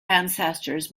ancestors